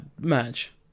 match